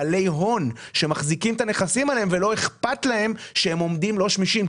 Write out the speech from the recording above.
בעלי הון שלא אכפת להם שהם עומדים לא שמישים.